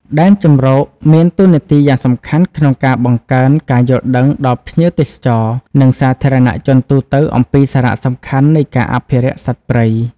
ដែនជម្រកមានតួនាទីយ៉ាងសំខាន់ក្នុងការបង្កើនការយល់ដឹង ដល់ភ្ញៀវទេសចរណ៍ និងសាធារណជនទូទៅអំពីសារៈសំខាន់នៃការអភិរក្សសត្វព្រៃ។